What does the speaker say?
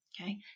Okay